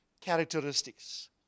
characteristics